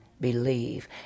believe